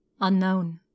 Unknown